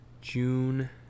June